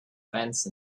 fence